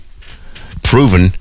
proven